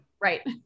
Right